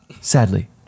Sadly